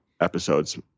episodes